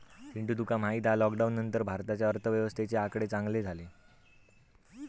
चिंटू तुका माहित हा लॉकडाउन नंतर भारताच्या अर्थव्यवस्थेचे आकडे चांगले झाले